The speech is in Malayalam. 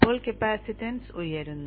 ഇപ്പോൾ കപ്പാസിറ്റൻസ് ഉയരുന്നു